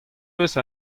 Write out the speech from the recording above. peus